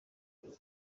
iki